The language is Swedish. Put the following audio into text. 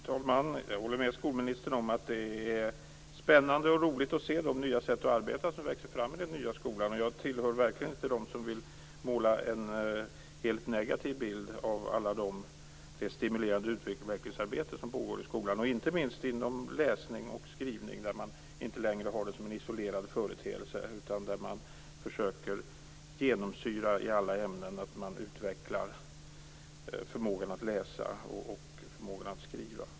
Fru talman! Jag håller med skolministern om att det är spännande och roligt att se de nya sätt att arbeta som växer fram i den nya skolan. Jag tillhör verkligen inte dem som vill måla en helt negativ bild av allt det stimulerande utvecklingsarbete som pågår i skolan. Det gäller inte minst inom läsning och skrivning, där man inte längre har det som en isolerad företeelse utan försöker genomsyra alla ämnen med detta att man skall utveckla förmågan att läsa och förmågan att skriva.